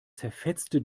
zerfetzte